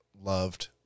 loved